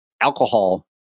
alcohol